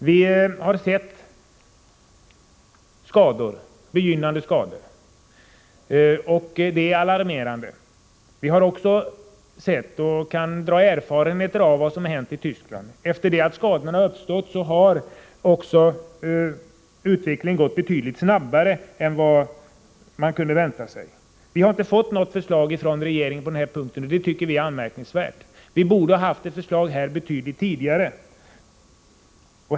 Vi har sett begynnande skador. Det är alarmerande. Vi har också sett och kan dra erfarenheter av vad som har hänt i Tyskland. Efter det att skadorna uppstått har utvecklingen gått betydligt snabbare än man kunde ha väntat sig. Det har inte kommit något förslag från regeringen på den punkten, och det tycker vi är anmärkningsvärt. Vi borde ha haft ett förslag här betydligt tidigare.